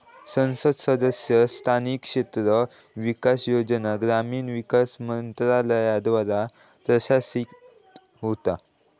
संसद सदस्य स्थानिक क्षेत्र विकास योजना ग्रामीण विकास मंत्रालयाद्वारा प्रशासित होता